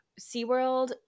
SeaWorld